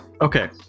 Okay